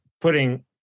putting